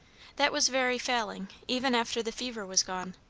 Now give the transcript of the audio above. that was very failing, even after the fever was gone.